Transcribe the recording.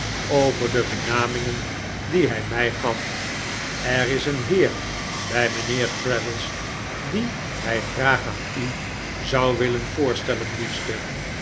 over de benamingen die hij mij gaf er is een heer bij mijnheer traddles dien hij graag aan u zou willen voorstellen liefste